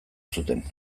zuten